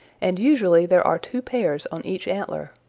and usually there are two pairs on each antler.